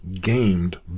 gamed